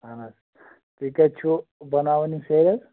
اہَن حظ تُہۍ کَتہِ چھُ بَناوان یِم سیرِ حظ